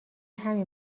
همین